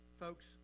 Folks